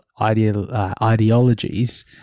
ideologies